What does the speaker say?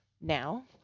now